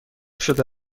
شده